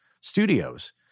studios